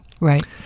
Right